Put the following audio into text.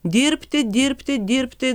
dirbti dirbti dirbti